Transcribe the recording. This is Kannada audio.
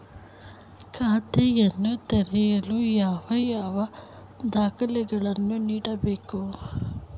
ಖಾತೆಯನ್ನು ತೆರೆಯಲು ಯಾವ ಯಾವ ದಾಖಲೆಗಳನ್ನು ನೀಡಬೇಕು?